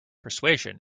persuasion